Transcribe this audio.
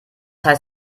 heißt